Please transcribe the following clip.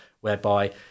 whereby